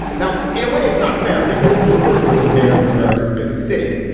now, in a way, it's not fair because bloomberg was the mayor of america's biggest city.